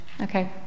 Okay